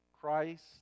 Christ